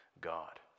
God